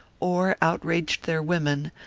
or out raged their women,